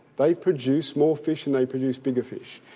they produce more fish and they produce bigger fish.